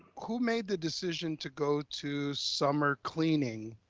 who made the decision to go to summer cleaning